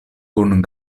kun